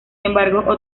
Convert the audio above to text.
embargo